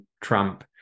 Trump